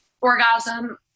orgasm